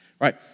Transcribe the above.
Right